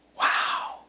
Wow